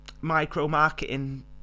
micro-marketing